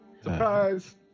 Surprise